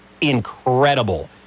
incredible